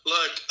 Look